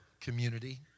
community